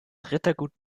rittergut